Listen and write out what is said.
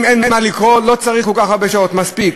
אם אין מה לקרוא, לא צריך כל כך הרבה שעות, מספיק.